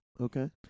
Okay